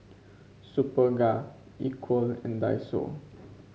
Superga Equal and Daiso